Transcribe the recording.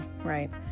right